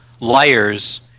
liars